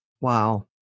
Wow